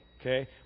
Okay